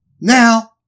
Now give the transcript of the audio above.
Now